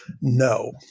No